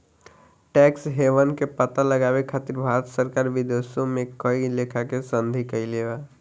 tax haven के पता लगावे खातिर भारत सरकार विदेशों में कई लेखा के संधि कईले बा